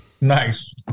Nice